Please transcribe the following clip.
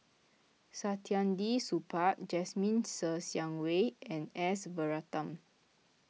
Saktiandi Supaat Jasmine Ser Xiang Wei and S Varathan